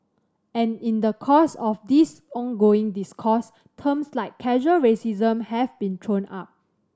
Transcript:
and in the course of this ongoing discourse terms like casual racism have been thrown up